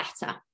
better